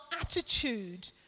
attitude